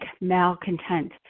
malcontent